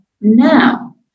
now